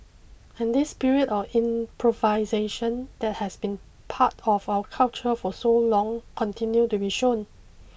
and this spirit of improvisation that has been part of our culture for so long continued to be shown